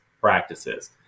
practices